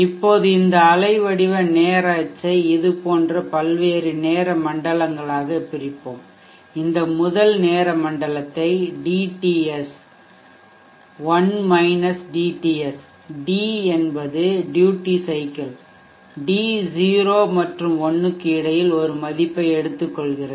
இப்போது இந்த அலைவடிவ நேர அச்சை இது போன்ற பல்வேறு நேர மண்டலங்களாகப் பிரிப்போம் இந்த முதல் நேர மண்டலத்தை dTS 1 dTS டி என்பது ட்யூட்டி சைக்கிள் d 0 மற்றும் 1 க்கு இடையில் ஒரு மதிப்பை எடுத்துக்கொள்கிறது